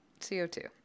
co2